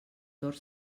tord